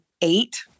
eight